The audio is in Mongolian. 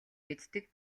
мэддэг